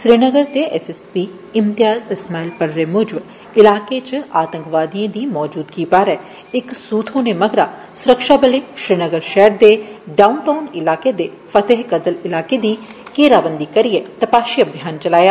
श्रीनगर दे S S P Imtiaz Ismail पररे मूजब इलाके च आतंकवादिएं दी मौजूदगी बारे इक सूह थ्होने मगरा सुरक्षाबलें श्रीनगर शैहर दे डाउन टाऊन इलाके दे फतेह कदल इलाके दी घेराबंदी करिए तपाशी अभियान चलाया